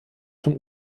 zum